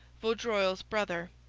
vaudreuil's brother.